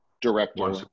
director